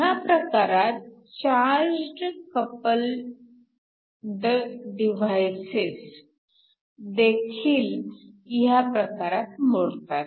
ह्या प्रकारात charged coupled devices देखील ह्या प्रकारात मोडतात